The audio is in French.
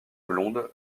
blonde